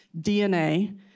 DNA